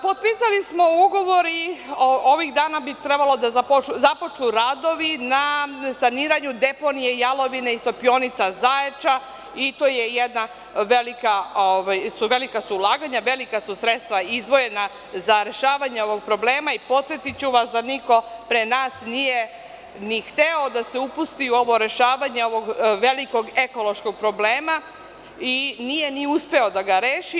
Potpisali smo ugovor i ovih dana bi trebalo da započnu radovi na saniranju deponije, jalovine iz topionica Zaječa i to su velika ulaganja, velika su sredstva izdvojena za rešavanje ovog problema i podsetiću vas da niko pre nas nije ni hteo da se upusti u ovo rešavanje ovog velikog ekološkog problema i nije ni uspeo da ga reši.